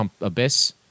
Abyss